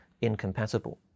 incompatible